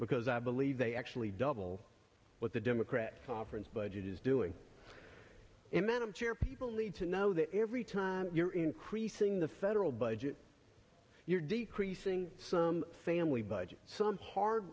because i believe they actually double what the democrats offer its budget is doing him and i'm sure people need to know that every time you're increasing the federal budget you're decreasing some family budget some hard